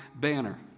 banner